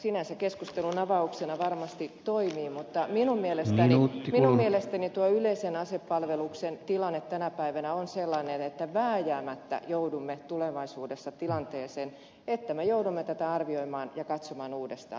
sinänsä se keskustelun avauksena varmasti toimii mutta minun mielestäni tuo yleisen asepalveluksen tilanne tänä päivänä on sellainen että vääjäämättä joudumme tulevaisuudessa tilanteeseen että me joudumme tätä arvioimaan ja katsomaan uudestaan